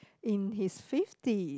in his fifties